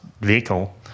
vehicle